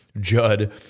Judd